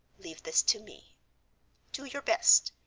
leave this to me do your best,